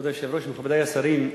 כבוד היושב-ראש, מכובדי השרים,